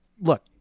look